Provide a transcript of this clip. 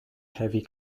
heavy